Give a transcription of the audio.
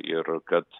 ir kad